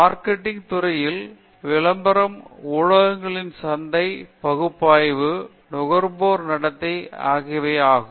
marketing துறையில் விளம்பரம் ஊடகங்களின் சந்தை பகுப்பாய்வு நுகர்வோர் நடத்தை ஆகியவையாகும்